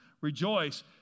Rejoice